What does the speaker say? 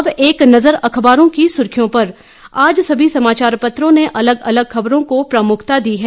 अब एक नजर अखबारों की सुर्खियों पर आज सभी समाचार पत्रों ने अलग अलग ख़बरों को प्रमुखता दी है